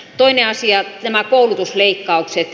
toinen asia nämä koulutusleikkaukset